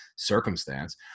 circumstance